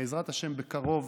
בעזרת השם בקרוב